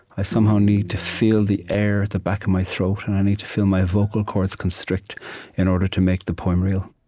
i somehow need to feel the air at the back of my throat, and i need to feel my vocal chords constrict in order to make the poem real